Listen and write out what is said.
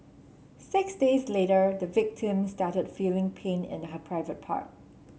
six days later the victim started feeling pain in her private part